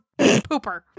pooper